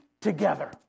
together